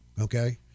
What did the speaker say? Okay